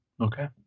Okay